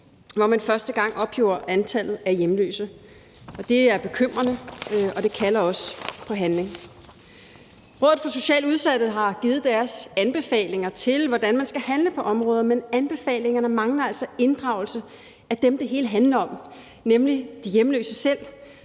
hvor man første gang opgjorde antallet af hjemløse. Det er bekymrende, og det kalder også på handling. Rådet for Socialt Udsatte har givet deres anbefalinger til, hvordan man skal handle på området, men anbefalingerne mangler altså inddragelse af dem, det hele handler om, nemlig de hjemløse selv